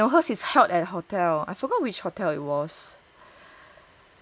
right right no hers is held at a hotel I forgot which hotel it was ya is at a hotel